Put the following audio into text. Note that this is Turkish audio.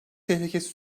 tehlikesi